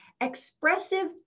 expressive